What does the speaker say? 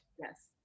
Yes